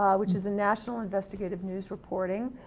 um which is a national investigative news reporting.